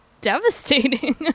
devastating